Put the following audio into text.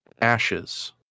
Ashes